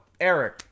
Eric